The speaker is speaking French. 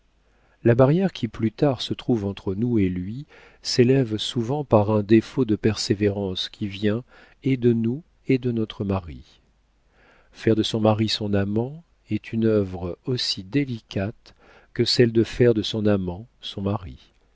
la barrière qui plus tard se trouve entre nous et lui s'élève souvent par un défaut de persévérance qui vient et de nous et de notre mari faire de son mari son amant est une œuvre aussi délicate que celle de faire de son amant son mari